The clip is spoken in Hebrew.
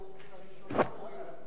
אנחנו את הראשונה נוריד.